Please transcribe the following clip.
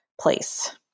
place